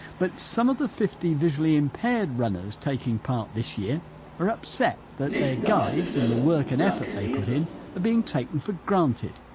but some of the fifty visually impaired runners taking part this year are upset that their guides and the work and effort they put in are being taken for granted.